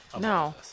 no